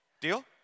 Deal